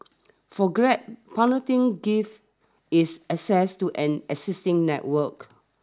for Grab partnering gives is access to an existing network